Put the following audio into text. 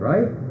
Right